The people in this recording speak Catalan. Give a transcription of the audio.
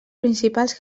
principals